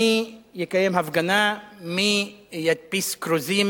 מי יקיים הפגנה, מי ידפיס כרוזים